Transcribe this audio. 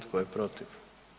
Tko je protiv?